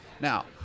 Now